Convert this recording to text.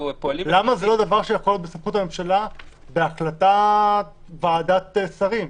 למה זה לא דבר שיכול להיות בסמכות הממשלה בהחלטת ועדת שרים?